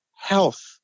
health